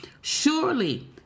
Surely